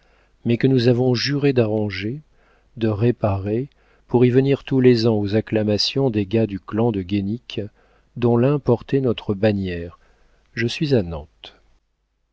mais que nous avons juré d'arranger de réparer pour y venir tous les ans aux acclamations des gars du clan de guénic dont l'un portait notre bannière je suis à